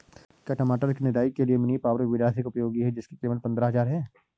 क्या टमाटर की निदाई के लिए मिनी पावर वीडर अधिक उपयोगी है जिसकी कीमत पंद्रह हजार है?